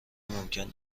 ممکن